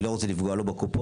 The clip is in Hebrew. אני לא רוצה לפגוע לא בקופות,